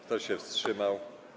Kto się wstrzymał?